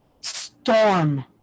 storm